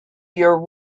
your